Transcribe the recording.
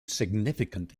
significant